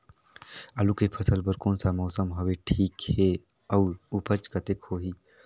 आलू के फसल बर कोन सा मौसम हवे ठीक हे अउर ऊपज कतेक होही?